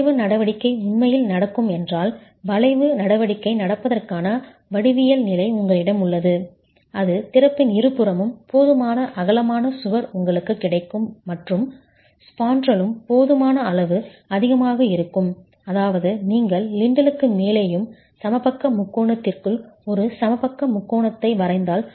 வளைவு நடவடிக்கை உண்மையில் நடக்கும் என்றால் வளைவு நடவடிக்கை நடப்பதற்கான வடிவியல் நிலை உங்களிடம் உள்ளது அது திறப்பின் இருபுறமும் போதுமான அகலமான சுவர் உங்களுக்குக் கிடைக்கும் மற்றும் ஸ்பாண்ட்ரலும் போதுமான அளவு அதிகமாக இருக்கும் அதாவது நீங்கள் லிண்டலுக்கு மேலேயும் சமபக்க முக்கோணத்திற்குள் ஒரு சமபக்க முக்கோணத்தை வரைந்தால்